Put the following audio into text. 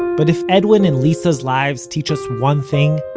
but if edwin and lisa's lives teach us one thing,